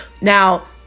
Now